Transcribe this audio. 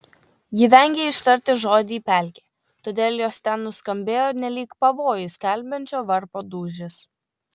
ji vengė ištarti žodį pelkė todėl jos ten nuskambėjo nelyg pavojų skelbiančio varpo dūžis